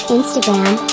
Instagram